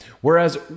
whereas